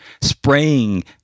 spraying